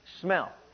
smell